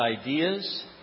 ideas